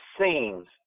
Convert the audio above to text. seems